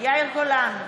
יאיר גולן,